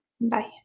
Bye